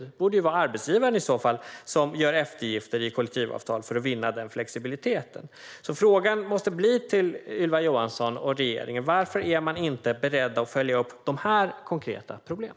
Det borde i så fall vara arbetsgivarna som gör eftergifter i kollektivavtal för att vinna denna flexibilitet. Frågan till Ylva Johansson och regeringen måste bli: Varför är man inte beredd att följa upp dessa konkreta problem?